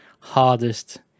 hardest